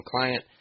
client